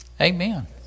amen